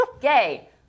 gay